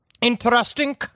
interesting